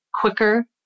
quicker